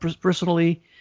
personally